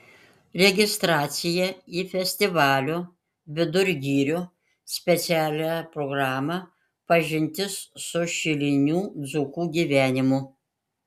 registracija į festivalio vidur girių specialią programą pažintis su šilinių dzūkų gyvenimu